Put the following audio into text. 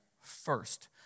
first